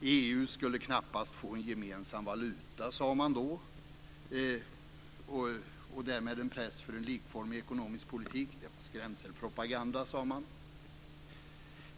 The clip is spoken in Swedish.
EU skulle knappast få en gemensam valuta och därmed en press för en likformig ekonomisk politik. Det var skrämselpropaganda, sade man.